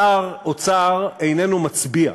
שר אוצר איננו מצביע.